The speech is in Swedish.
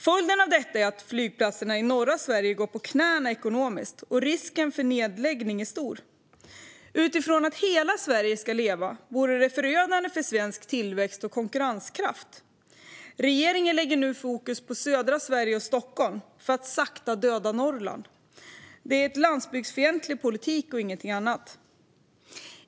Följden av detta är att flygplatser i norra Sverige går på knäna ekonomiskt, och risken för nedläggning är stor. Utifrån att hela Sverige ska leva vore det förödande för svensk tillväxt och konkurrenskraft. Regeringen lägger nu fokus på södra Sverige och Stockholm för att sakta döda Norrland. Det är en landsbygdsfientlig politik och ingenting annat.